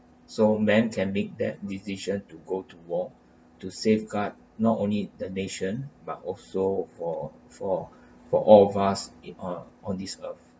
so men can make that decision to go to war to safeguard not only the nation but also for for for all of us in on on this earth